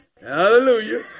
Hallelujah